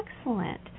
Excellent